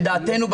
לדעתנו,